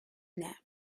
nap